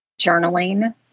journaling